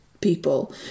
people